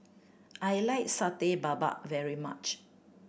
I like Satay Babat very much